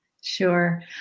Sure